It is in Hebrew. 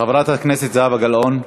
חברת הכנסת זהבה גלאון,